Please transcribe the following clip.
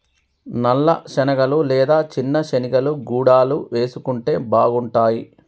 నల్ల శనగలు లేదా చిన్న శెనిగలు గుడాలు వేసుకుంటే బాగుంటాయ్